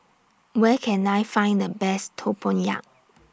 Where Can I Find The Best Tempoyak